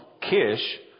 Kish